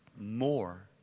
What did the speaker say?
more